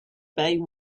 bay